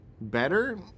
Better